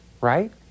right